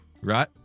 Right